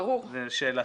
לשאלתך.